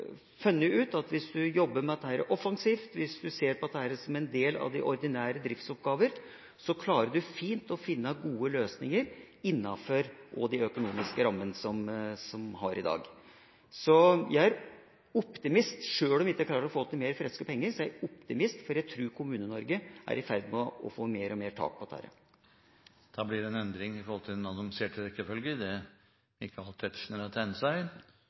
funnet ut at hvis en jobber offensivt med dette, hvis en ser på dette som en del av de ordinære driftsoppgavene, klarer en fint å finne gode løsninger også innenfor de økonomiske rammene som en har i dag. Så jeg er optimist. Sjøl om jeg ikke klarer å få til mer friske penger, er jeg optimist, for jeg tror Kommune-Norge er i ferd med å få mer og mer tak på dette. Det gjelder representanten Hagens advarsel mot i det hele tatt å sette ut offentlige tjenester til